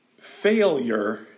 Failure